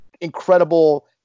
incredible